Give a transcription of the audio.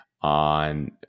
on